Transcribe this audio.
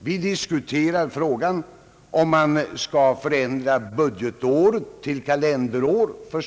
De diskuterar frågan om man skall förändra statens budgetår till kalenderår.